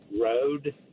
road